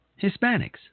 Hispanics